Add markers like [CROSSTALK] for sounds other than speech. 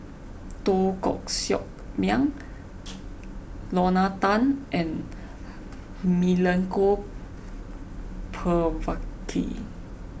Teo Koh Sock Miang [NOISE] Lorna Tan and Milenko Prvacki